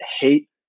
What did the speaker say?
hate